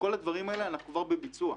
בכל הדברים האלה אנחנו כבר בביצוע,